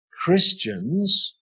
Christians